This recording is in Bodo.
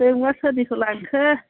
नोंबा सोरनिखौ लायखो